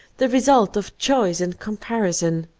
the result of choice and comparison.